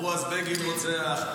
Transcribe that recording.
אמרו אז לבגין רוצח,